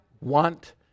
want